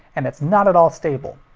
and it's not at all stable.